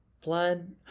blood